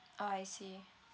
orh I see